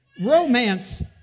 Romance